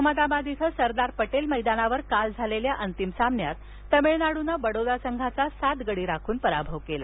अहमदाबाद इथं सरदार पटेल मैदानावर काल झालेल्या अंतिम सामन्यात तमिळनाडूनं बडोदा संघाचा सात गडी राखून पराभव केला